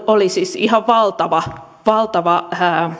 oli siis ihan valtava valtava